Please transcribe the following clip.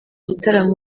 gitaramo